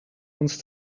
wants